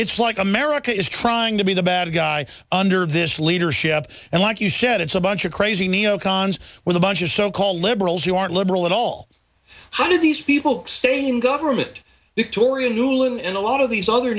it's like america is trying to be the bad guy under this leadership and like you said it's a bunch of crazy neo cons with a bunch of so called liberals who aren't liberal at all how do these people stay in government torreon ruling and a lot of these other